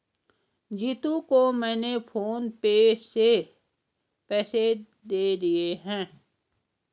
जीतू को मैंने PhonePe से पैसे दे दिए हैं